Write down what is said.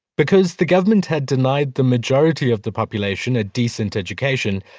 because the government had denied the majority of the population a decent education,